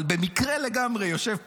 אבל במקרה לגמרי יושב פה,